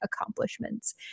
accomplishments